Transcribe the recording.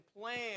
plan